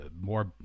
more